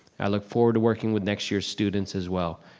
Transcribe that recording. i look forward to working with next year's students as well.